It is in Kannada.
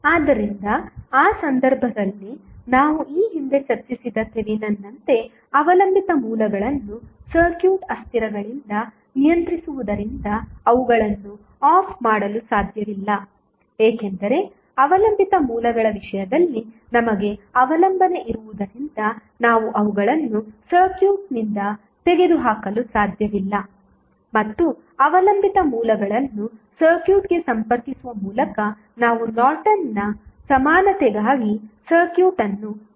ಆದ್ದರಿಂದ ಆ ಸಂದರ್ಭದಲ್ಲಿ ನಾವು ಈ ಹಿಂದೆ ಚರ್ಚಿಸಿದ ಥೆವೆನಿನ್ನಂತೆ ಅವಲಂಬಿತ ಮೂಲಗಳನ್ನು ಸರ್ಕ್ಯೂಟ್ ಅಸ್ಥಿರಗಳಿಂದ ನಿಯಂತ್ರಿಸುವುದರಿಂದ ಅವುಗಳನ್ನು ಆಫ್ ಮಾಡಲು ಸಾಧ್ಯವಿಲ್ಲ ಏಕೆಂದರೆ ಅವಲಂಬಿತ ಮೂಲಗಳ ವಿಷಯದಲ್ಲಿ ನಮಗೆ ಅವಲಂಬನೆ ಇರುವುದರಿಂದ ನಾವು ಅವುಗಳನ್ನು ಸರ್ಕ್ಯೂಟ್ನಿಂದ ತೆಗೆದುಹಾಕಲು ಸಾಧ್ಯವಿಲ್ಲ ಮತ್ತು ಅವಲಂಬಿತ ಮೂಲಗಳನ್ನು ಸರ್ಕ್ಯೂಟ್ಗೆ ಸಂಪರ್ಕಿಸುವ ಮೂಲಕ ನಾವು ನಾರ್ಟನ್ನ ಸಮಾನತೆಗಾಗಿ ಸರ್ಕ್ಯೂಟ್ ಅನ್ನು ವಿಶ್ಲೇಷಿಸುತ್ತೇವೆ